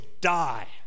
die